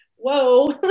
whoa